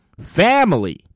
family